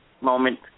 moment